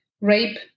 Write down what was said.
rape